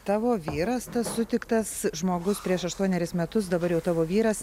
tavo vyras tas sutiktas žmogus prieš aštuonerius metus dabar jau tavo vyras